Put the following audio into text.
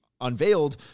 unveiled